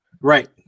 Right